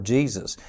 Jesus